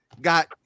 got